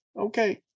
Okay